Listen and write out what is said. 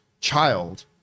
child